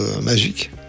magique